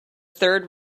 third